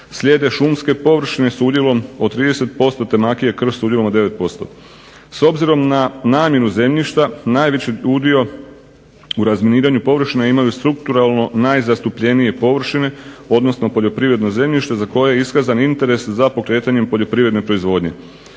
slijede šumske površine s udjelom od 30% te makija i krš s udjelom od 9%. S obzirom na namjenu zemljišta najveći udio u razminiranju površina imaju strukturalno najzastupljenije površine, odnosno poljoprivredno zemljište za koje je iskazan interes za pokretanjem poljoprivredne proizvodnje.